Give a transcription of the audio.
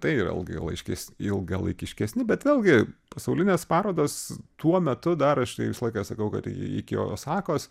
tai yra ilgailaiškes ilgalaikiškesni bet vėlgi pasaulinės parodos tuo metu dar aš tai visą laiką sakau kad i iki osakos